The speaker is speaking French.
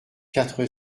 quatre